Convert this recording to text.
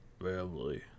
Family